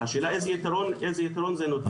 והשאלה איזה יתרון זה נותן?